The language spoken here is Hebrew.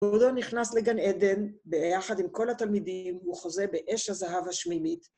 גורדון נכנס לגן עדן, ביחד עם כל התלמידים, הוא חוזה באש הזהב השמימית.